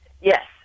yes